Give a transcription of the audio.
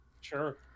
sure